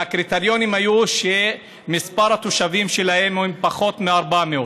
והקריטריונים היו שמספר התושבים שלהם הוא פחות מ-400.